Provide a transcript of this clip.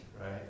right